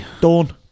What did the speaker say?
Dawn